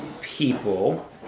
people